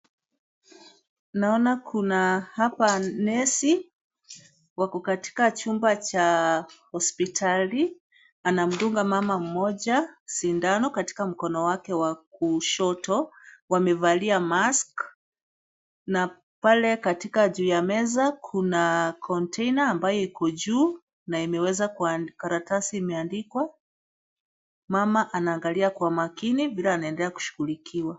Naona kuna hapa nesi. Wako katika chumba cha hospitali. Anamdunga mama mmoja sindano katika mkono wake wa kushoto. Wamevalia mask na pale katika juu ya meza kuna container ambayo iko juu na imeweza, karatasi imeandikwa. Mama anaangalia kwa makini vile anaendelea kushughulikiwa.